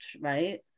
Right